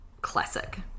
classic